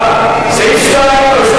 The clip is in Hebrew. בסמים.